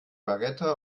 beretta